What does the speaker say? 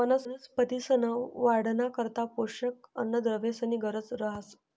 वनस्पतींसना वाढना करता पोषक अन्नद्रव्येसनी गरज रहास